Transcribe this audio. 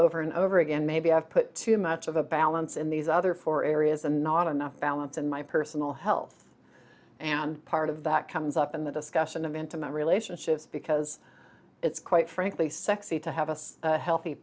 over and over again maybe i've put too much of a balance in these other four areas and not on the balance in my personal health and part of that comes up in the discussion of intimate relationships because it's quite frankly sexy to have a healthy